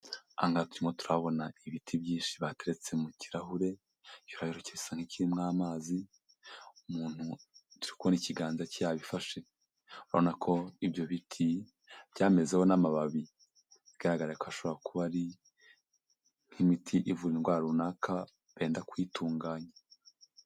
Aha ngaha turimo turahabona ibiti byinshi bateretse mu kirahure, ikirahuri kirasa nk'ikirimo amazi umuntu turi kubona ikiganza ke yabifashe, urabona ko ibyo biti byamezeho n'amababi bigaragara ko ashobora kuba ari nk'imiti ivura indwara runaka benda kuyitunganya.